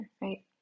right